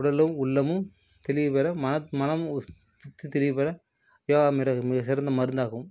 உடலும் உள்ளமும் தெளிவுபெற மனம் ஒரு தெளிவுப்பெற யோகா மிக சிறந்த மருந்தாகும்